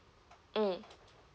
mm